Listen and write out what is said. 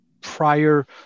prior